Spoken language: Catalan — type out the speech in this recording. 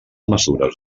mesures